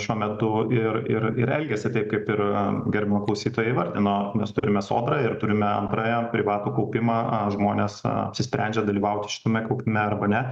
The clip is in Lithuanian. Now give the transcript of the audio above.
šiuo metu ir ir elgiasi taip kaip ir gerbiama klausytoja įvardino mes turime sodrą ir turime antrąją privatų kaupimą žmonės apsisprendžia dalyvauti šitame kaupime arba ne